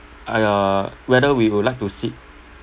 at the whether we would like to sit